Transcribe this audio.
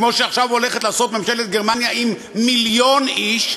כמו שעכשיו הולכת לעשות ממשלת גרמניה עם מיליון איש,